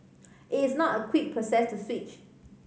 it is not a quick process to switch